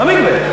במקווה.